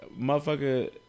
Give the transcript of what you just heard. Motherfucker